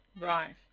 Right